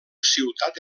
ciutat